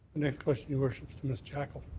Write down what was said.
next question, your worship, is to ms. jackell,